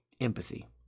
empathy